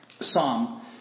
psalm